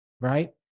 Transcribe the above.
right